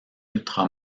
ultra